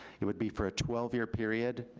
it would be for a twelve year period,